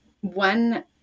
one